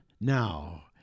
now